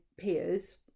peers